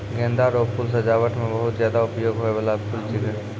गेंदा रो फूल सजाबट मे बहुत ज्यादा उपयोग होय बाला फूल छिकै